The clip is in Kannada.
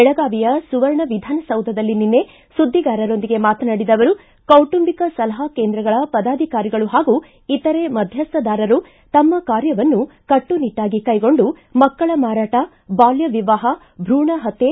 ಬೆಳಗಾವಿಯ ಸುವರ್ಣ ವಿಧಾನಸೌಧದಲ್ಲಿ ನಿನ್ನೆ ಸುದ್ದಿಗಾರರೊಂದಿಗೆ ಮಾತನಾಡಿದ ಅವರು ಕೌಟುಂಬಿಕ ಸಲಹಾ ಕೇಂದ್ರಗಳ ಪದಾಧಿಕಾರಿಗಳು ಹಾಗೂ ಇತರೆ ಮಧ್ಯಸ್ಥದಾರರು ತಮ್ಮ ಕಾರ್ಯವನ್ನು ಕಟ್ಟುನಿಟ್ಟಾಗಿ ಕೈಗೊಂಡು ಮಕ್ಕಳ ಮಾರಾಟ ಬಾಲ್ಯವಿವಾಹ ಭೂಣಹತ್ಯೆ